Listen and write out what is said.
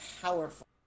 powerful